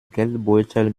geldbeutel